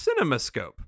Cinemascope